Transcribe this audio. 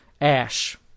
ash